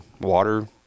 water